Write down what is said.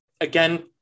again